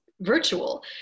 virtual